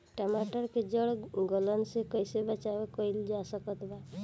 टमाटर के जड़ गलन से कैसे बचाव कइल जा सकत बा?